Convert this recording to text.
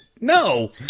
No